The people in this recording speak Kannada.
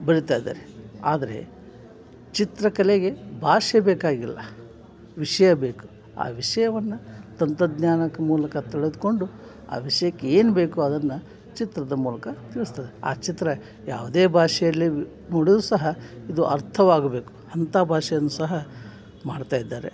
ಬರಿತಾಯಿದ್ದಾರೆ ಆದರೆ ಚಿತ್ರಕಲೆಗೆ ಭಾಷೆ ಬೇಕಾಗಿಲ್ಲ ವಿಷಯ ಬೇಕು ಆ ವಿಷಯವನ್ನು ತಂತಜ್ಞಾನದ ಮೂಲಕ ತಿಳಿದ್ಕೊಂಡು ಆ ವಿಷಯಕ್ಕೆ ಏನು ಬೇಕು ಅದನ್ನು ಚಿತ್ರದ ಮೂಲಕ ತಿಳಿಸ್ತದೆ ಆ ಚಿತ್ರ ಯಾವುದೇ ಭಾಷೆಯಲ್ಲಿ ಮೂಡಿದ್ರು ಸಹ ಇದು ಅರ್ಥವಾಗಬೇಕು ಅಂಥ ಭಾಷೆಯನ್ನು ಸಹ ಮಾಡ್ತಾಯಿದ್ದಾರೆ